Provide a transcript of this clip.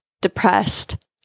depressed